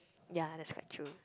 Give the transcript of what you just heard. yea that's quite true